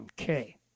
Okay